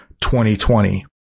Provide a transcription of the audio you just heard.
2020